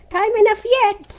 time enough yet!